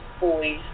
Boys